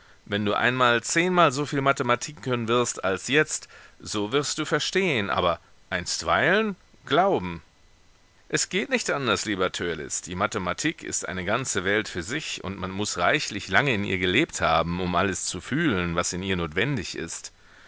wenn du einmal zehnmal soviel mathematik können wirst als jetzt so wirst du verstehen aber einstweilen glauben es geht nicht anders lieber törleß die mathematik ist eine ganze welt für sich und man muß reichlich lange in ihr gelebt haben um alles zu fühlen was in ihr notwendig ist